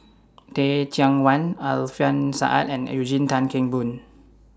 Teh Cheang Wan Alfian Sa'at and Eugene Tan Kheng Boon